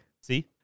See